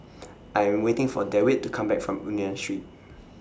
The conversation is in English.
I Am waiting For Dewitt to Come Back from Union Street